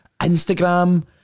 Instagram